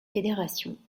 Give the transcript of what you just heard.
fédération